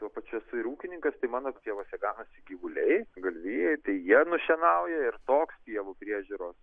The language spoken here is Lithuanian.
tuo pačiu esu ir ūkininkas tai mano pievose ganosi gyvuliai galvijai tai jie nušienauja ir toks pievų priežiūros